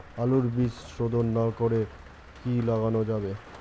আলুর বীজ শোধন না করে কি লাগানো যাবে?